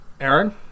Aaron